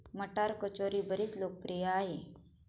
मटार कचोरी बरीच लोकप्रिय आहे